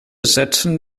setzen